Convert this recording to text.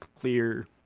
clear